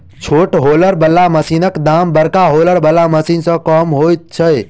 छोट हौलर बला मशीनक दाम बड़का हौलर बला मशीन सॅ कम होइत छै